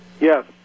Yes